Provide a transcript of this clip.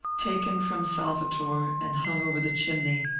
taken from salvator, and hung over the chimney.